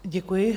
Děkuji.